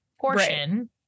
portion